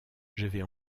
j’avais